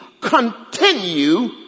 continue